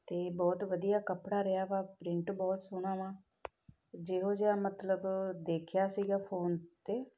ਅਤੇ ਬਹੁਤ ਵਧੀਆ ਕੱਪੜਾ ਰਿਹਾ ਵਾ ਪ੍ਰਿੰਟ ਬਹੁਤ ਸੋਹਣਾ ਵਾ ਜਿਹੋ ਜਿਹਾ ਮਤਲਬ ਦੇਖਿਆ ਸੀਗਾ ਫੋਨ 'ਤੇ